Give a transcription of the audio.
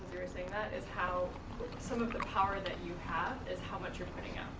saying that is how some of the power that you have is how much you're putting out.